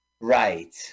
Right